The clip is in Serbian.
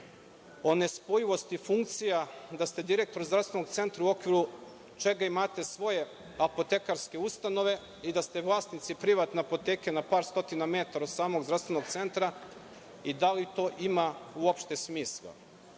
o nespojivosti funkcija, da ste direktor Zdravstvenog centra u okviru kog imate svoje apotekarske ustanove i da ste vlasnici privatne apoteke na par stotina metara od samog Zdravstvenog centra i da li to ima uopšte smisla? Zbog